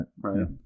Right